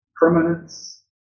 Permanence